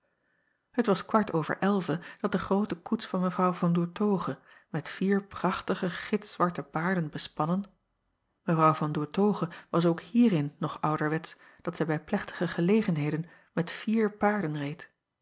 et was kwartier over elve dat de groote koets van w an oertoghe met vier prachtige gitzwarte paarden bespannen w an oertoghe was ook hierin nog ouderwetsch dat zij bij plechtige gelegenheden met vier paarden reed